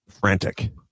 frantic